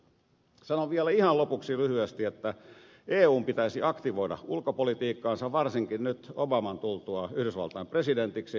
sanon vielä ihan lopuksi lyhyesti että eun pitäisi aktivoida ulkopolitiikkaansa varsinkin nyt obaman tultua yhdysvaltain presidentiksi